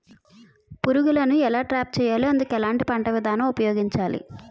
పురుగులను ఎలా ట్రాప్ చేయాలి? అందుకు ఎలాంటి పంట విధానం ఉపయోగించాలీ?